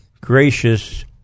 gracious